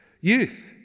Youth